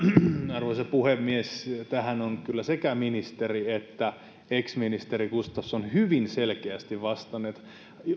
arvoisa puhemies tähän ovat kyllä sekä ministeri että ex ministeri gustafsson hyvin selkeästi vastanneet